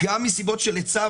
גם מסיבות של היצע,